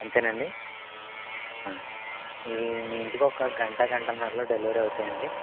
అంతేనండి ఈ మీ ఇంటికొక్క గంట గంటున్నారలో డెలివరీ అవుతాయండి